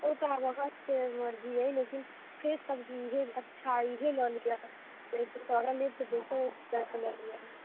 ओ तऽ अब अहाँकेँ मर्जी यऽ लेकिन फ्रेश सब्जी एकदम अच्छा इहे लऽ लिअ नहि तऽ सड़ल लेब तऽ दोसर ठाम से लऽ लिअ